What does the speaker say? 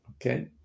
Okay